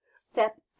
Step